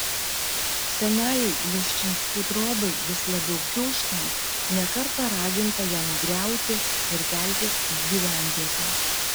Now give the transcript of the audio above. senajai leščinskų trobai vis labiau kiūžtant ne kartą raginta ją nugriauti ir keltis į gyvenvietę